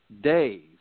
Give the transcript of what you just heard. days